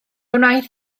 wnaeth